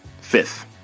fifth